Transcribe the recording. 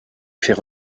fait